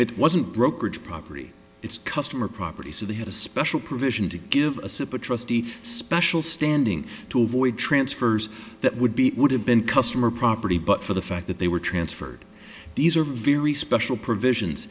it wasn't brokerage property it's customer property so they had a special provision to give a super trustee special standing to avoid transfers that would be it would have been customer property but for the fact that they were transferred these are very special provisions